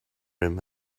room